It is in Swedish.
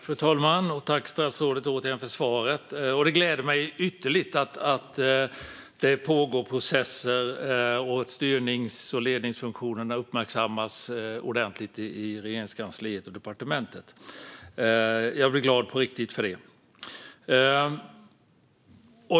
Fru talman! Det gläder mig ytterligt att det pågår processer och att styrnings och ledningsfunktionerna uppmärksammas ordentligt i Regeringskansliet och på departementet. Jag blir glad på riktigt för det.